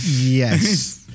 Yes